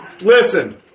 listen